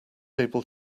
able